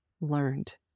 learned